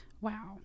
Wow